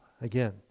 Again